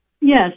Yes